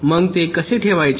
मग ते कसे ठेवायचे